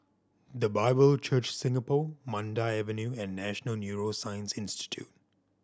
The Bible Church Singapore Mandai Avenue and National Neuroscience Institute